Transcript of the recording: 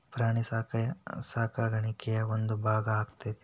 ಪ್ರಾಣಿ ಸಾಕಾಣಿಕೆಯ ಒಂದು ಭಾಗಾ ಆಗೆತಿ